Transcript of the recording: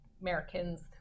Americans